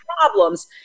problems